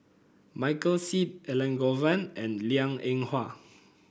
Michael Seet Elangovan and Liang Eng Hwa